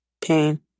pain